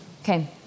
Okay